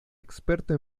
experto